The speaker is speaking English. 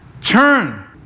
Turn